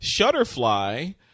Shutterfly